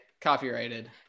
copyrighted